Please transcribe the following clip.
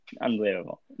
unbelievable